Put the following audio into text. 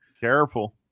Careful